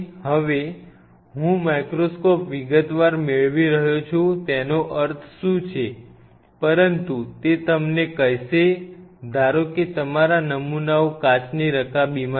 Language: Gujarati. હવે હું માઇક્રોસ્કોપ વિગતવાર મેળવી રહ્યો છું તેનો અર્થ શું છે પરંતુ તે તમને કહેશે ધારો કે તમારા નમૂનાઓ કાચની રકાબીમાં છે